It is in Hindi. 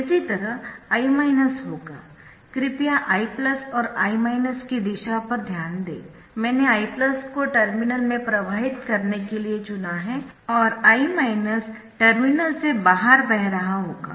इसी तरह I होगा कृपया I और I की दिशा पर ध्यान दें मैंने I को टर्मिनल में प्रवाहित करने के लिए चुना है और I टर्मिनल से बाहर बह रहा होगा